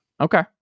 Okay